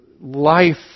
life